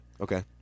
Okay